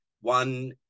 one